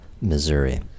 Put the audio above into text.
Missouri